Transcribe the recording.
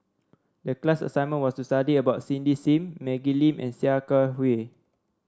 the class assignment was to study about Cindy Sim Maggie Lim and Sia Kah Hui